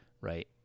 Right